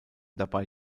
dabei